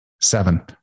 seven